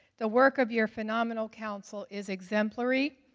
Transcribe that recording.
the work of your phenomenal council is exemplary.